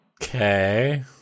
Okay